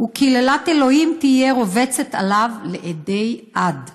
וקללת ה' תהיה רובצת עליו לעדי עד".